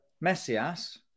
Messias